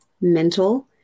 mental